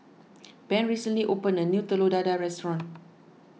Ben recently opened a new Telur Dadah restaurant